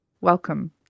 welcome